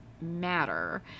matter